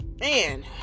man